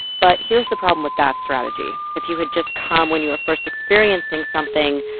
but here's the problem with that strategy if you had just come when you were first experiencing something,